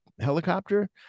helicopter